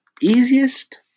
Easiest